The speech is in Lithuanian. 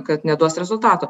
kad neduos rezultatų